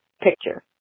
picture